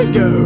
go